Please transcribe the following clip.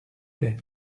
plait